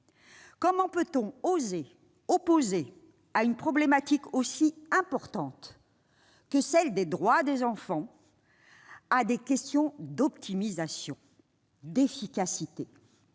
Comment peut-on oser opposer à une problématique aussi importante que celle des droits des enfants des questions d'optimisation et d'efficacité ?